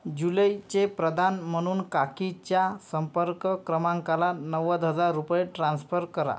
जुलैचे प्रदान म्हणून काकीच्या संपर्क क्रमांकाला नव्वद हजार रुपये ट्रान्स्फर करा